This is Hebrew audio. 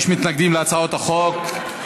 יש מתנגדים להצעות החוק.